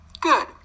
Good